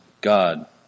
God